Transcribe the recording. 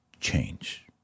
change